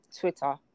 Twitter